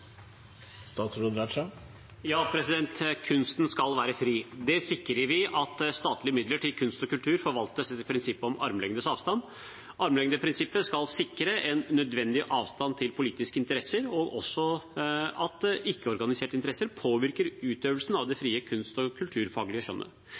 Kunsten skal være fri. Det sikrer vi ved at statlige midler til kunst og kultur forvaltes etter prinsippet om armlengdes avstand. Armlengdes avstand-prinsippet skal sikre en nødvendig avstand til politiske interesser og at ikke organiserte interesser påvirker utøvelsen av det